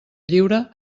lliure